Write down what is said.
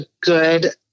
good